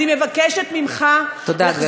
אני מבקשת ממך, תודה, גברתי.